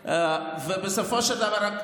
ובסופו של דבר,